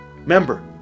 remember